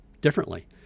differently